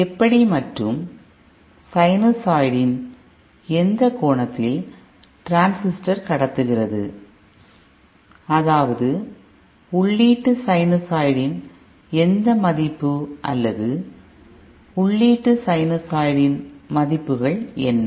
எப்படி மற்றும் சைனசாய்டின் எந்த கோணத்தில் டிரான்ஸிஸ்டர் கடத்துகிறது அதாவது உள்ளீட்டு சைனூசாய்டின் எந்த மதிப்பு அல்லது உள்ளீடு சைனூசாய்டின் மதிப்புகள் என்ன